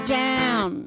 down